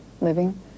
living